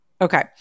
Okay